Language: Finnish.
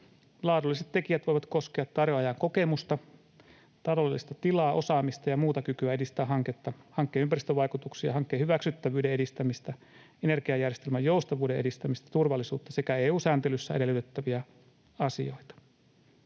Laadulliset tekijät voivat koskea tarjoajan kokemusta, taloudellista tilaa, osaamista ja muuta kykyä edistää hanketta, hankkeen ympäristövaikutuksia, hankkeen hyväksyttävyyden edistämistä, energiajärjestelmän joustavuuden edistämistä, turvallisuutta sekä EU-sääntelyssä edellytettäviä asioita.